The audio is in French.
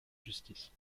justice